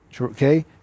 Okay